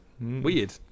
weird